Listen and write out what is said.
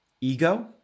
ego